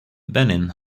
benin